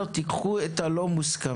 תיקחו את הסעיפים הלא מוסכמים,